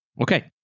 Okay